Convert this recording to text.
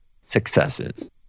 successes